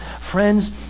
Friends